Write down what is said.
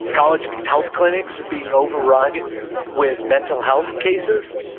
college health clinics are being overrun with mental health cases.